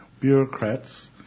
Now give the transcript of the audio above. bureaucrats